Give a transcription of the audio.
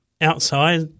Outside